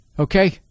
Okay